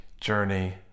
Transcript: journey